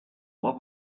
what